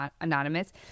anonymous